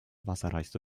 wasserreichste